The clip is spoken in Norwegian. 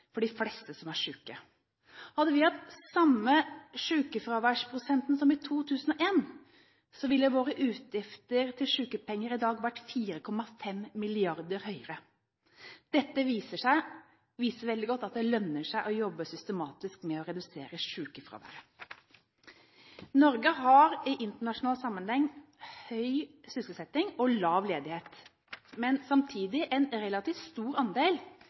for de fleste som er syke. Hadde vi hatt samme sykefraværsprosenten som i 2001, ville våre utgifter til sykepenger i dag vært 4,5 mrd. kr høyere. Dette viser veldig godt at det lønner seg å jobbe systematisk med å redusere sykefraværet. Norge har i internasjonal sammenheng høy sysselsetting og lav ledighet, men samtidig en relativt stor andel